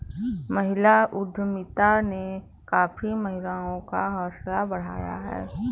महिला उद्यमिता ने काफी महिलाओं का हौसला बढ़ाया है